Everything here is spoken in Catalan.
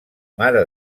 mare